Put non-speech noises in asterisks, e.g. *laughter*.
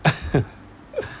*noise*